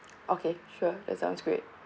okay sure that sounds great